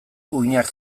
uhinak